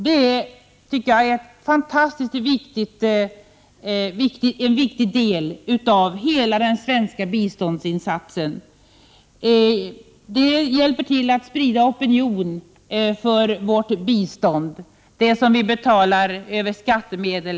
Det är en fantastiskt viktig del av hela den svenska biståndsinsatsen. Dessa organisationer hjälper till att sprida opinion för vårt bistånd, som vi betalar över skattemedel.